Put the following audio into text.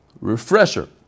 refresher